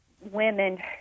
women